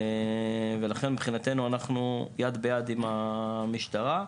לכן מבחינתנו אנחנו יד ביד עם המשטרה.